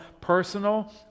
personal